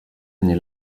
année